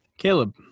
Caleb